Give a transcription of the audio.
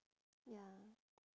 ya